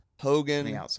Hogan